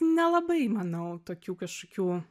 nelabai manau tokių kažkokių